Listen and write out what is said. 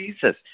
Jesus